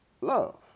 love